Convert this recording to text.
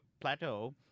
plateau